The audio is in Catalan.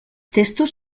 testos